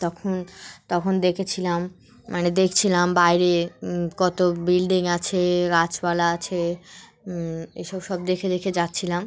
তখন তখন দেখেছিলাম মানে দেখছিলাম বাইরে কত বিল্ডিং আছে গাছপালা আছে এইসব সব দেখে দেখে যাচ্ছিলাম